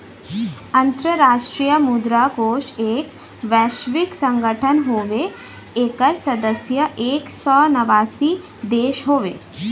अंतराष्ट्रीय मुद्रा कोष एक वैश्विक संगठन हउवे एकर सदस्य एक सौ नवासी देश हउवे